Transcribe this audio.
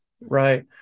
Right